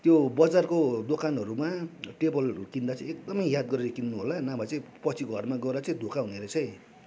त्यो बजारको दोकानहरूमा टेबलहरू किन्दा चाहिँ एकदमै याद गरेर किन्नु होला नभए चाहिँ पछि घरमा गएर चाहिँ धोका हुनेरहेछ है